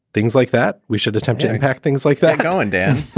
things like that we should attempt to impact things like that going down.